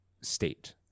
state